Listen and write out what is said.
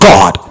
God